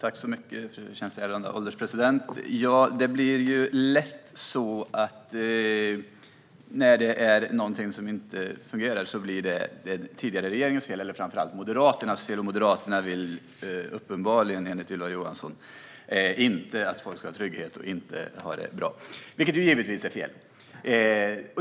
Fru ålderspresident! När det är något som inte fungerar är det lätt att säga att det är den tidigare regeringens fel och framför allt Moderaternas fel. Moderaterna vill uppenbarligen, enligt Ylva Johansson, inte att folk ska ha trygghet och ha det bra. Det är givetvis fel.